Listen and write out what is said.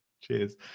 Cheers